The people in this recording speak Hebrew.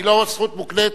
היא לא זכות מוקנית,